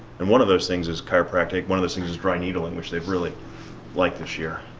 and one of those things is chiropractic. one of those things is dry needle and which they've really liked this year.